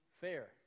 fair